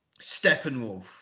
Steppenwolf